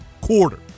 quarter